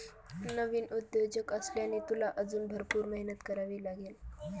नवीन उद्योजक असल्याने, तुला अजून भरपूर मेहनत करावी लागेल